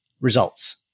results